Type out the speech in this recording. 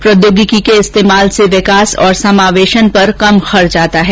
प्रौद्योगिकी के इस्तेमाल से विकास और समावेशन पर कम खर्च आता है